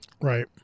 right